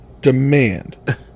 demand